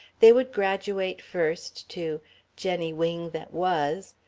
they would graduate first to jenny wing that was,